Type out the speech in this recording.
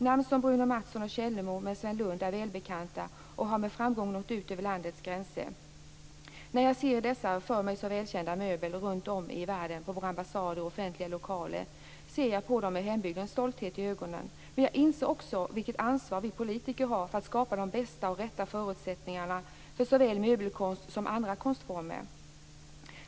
Namn som Bruno Mathsson och Källemo med Sven Lund är välbekanta och har med framgång nått ut över landets gränser. När jag ser dessa för mig så välkända möbler runt om i världen på våra ambassader och i offentliga lokaler ser jag på dem med hembygdens stolthet i ögonen. Jag minns också vilket ansvar vi politiker har för att skapa de bästa och rätta förutsättningarna för såväl möbelkonst som andra konstformer.